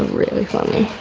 really funny.